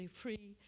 free